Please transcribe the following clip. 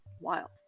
Wild